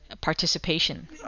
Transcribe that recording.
participation